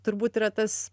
turbūt yra tas